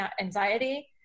anxiety